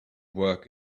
work